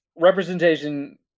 representation